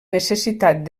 necessitat